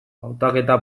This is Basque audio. hautaketa